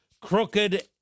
crooked